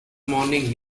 morning